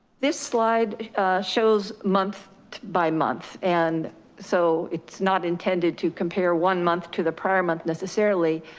this slide shows month by month. and so it's not intended to compare one month to the prior month necessarily,